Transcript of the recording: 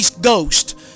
Ghost